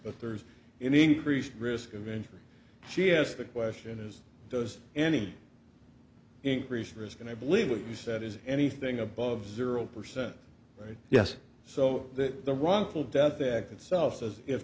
but there's an increased risk of injury she asked the question is does any increased risk and i believe what you said is anything above zero percent right yes so that the wrongful death act itself as if